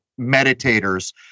meditators